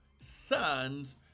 sons